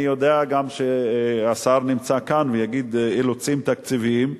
אני יודע גם שהשר נמצא כאן והוא יגיד: אילוצים תקציביים.